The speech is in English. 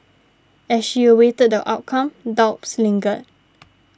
as she awaited the outcome doubts lingered